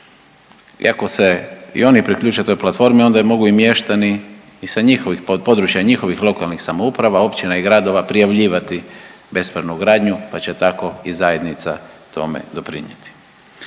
I ako se i oni priključe toj platformi onda mogu i mještani i sa njihovih, područja njihovih lokalnih samouprava, općina i gradova prijavljivati bespravnu gradnju, pa će tako i zajednica tome doprinjeti.